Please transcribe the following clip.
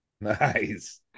Nice